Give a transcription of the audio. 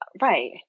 right